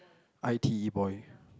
I_T_E boy